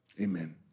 Amen